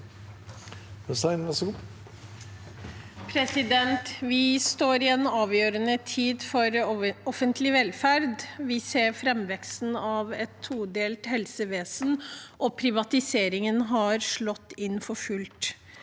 Vi står i en avgjø- rende tid for offentlig velferd. Vi ser framveksten av et todelt helsevesen, og privatiseringen har slått inn for fullt.